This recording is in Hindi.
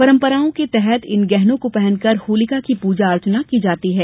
परंपराओं के तहत इन गहनों को पहनकर होलिका की पूजा अर्चना की जाती है